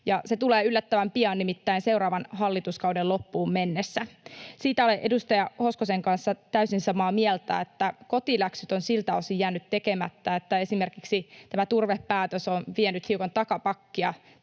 se tulee yllättävän pian, nimittäin seuraavan hallituskauden loppuun mennessä. Siitä olen edustaja Hoskosen kanssa täysin samaa mieltä, että kotiläksyt ovat siltä osin jääneet tekemättä, että esimerkiksi tämä turvepäätös on vienyt hiukan takapakkia